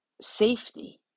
safety